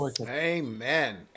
Amen